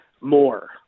more